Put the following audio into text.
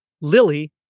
Lily